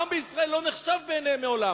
העם בישראל לא נחשב בעיניהם מעולם,